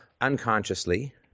unconsciously